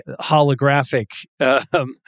holographic